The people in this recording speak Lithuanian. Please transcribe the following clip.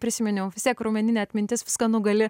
prisiminiau vis tiek raumeninė atmintis viską nugali